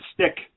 stick